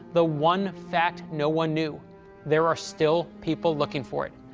the one fact no one knew there are still people looking for it.